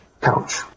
couch